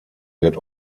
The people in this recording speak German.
wird